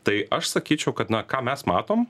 tai aš sakyčiau kad na ką mes matom